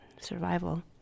survival